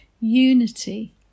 Unity